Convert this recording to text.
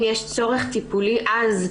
אם יש צורך טיפולי עז,